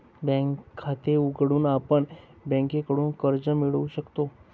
bank खाते उघडून आपण बँकेकडून कर्ज मिळवू शकतो